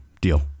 Deal